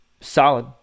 solid